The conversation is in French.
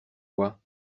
quoi